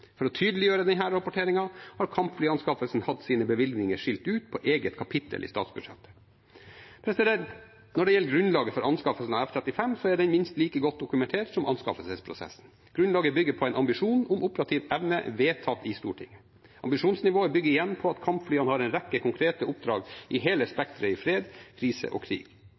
For å tydeliggjøre denne rapporteringen har kampflyanskaffelsen hatt sine bevilgninger skilt ut i et eget kapittel i statsbudsjettet. Når det gjelder grunnlaget for anskaffelsen av F-35, er det minst like godt dokumentert som anskaffelsesprosessen. Grunnlaget bygger på en ambisjon om operativ evne vedtatt i Stortinget. Ambisjonsnivået bygger igjen på at kampflyene har en rekke konkrete oppdrag i hele spekteret av fred, krise og krig.